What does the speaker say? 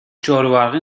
جاروبرقی